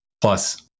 plus